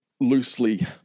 loosely